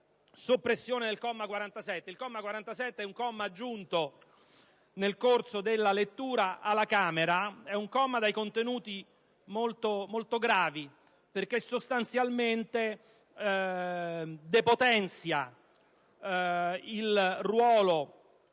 soppressione dal comma 47 dell'articolo 27. Il comma 47 è un comma aggiunto nel corso della lettura alla Camera, che presenta contenuti molto gravi perché sostanzialmente depotenzia il ruolo